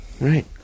Right